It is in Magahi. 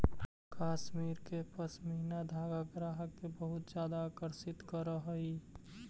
कश्मीर के पशमीना धागा ग्राहक के बहुत ज्यादा आकर्षित करऽ हइ